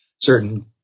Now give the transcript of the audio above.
certain